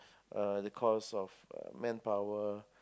uh the cost of uh manpower